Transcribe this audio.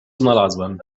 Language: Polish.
znalazłem